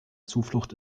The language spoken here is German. zuflucht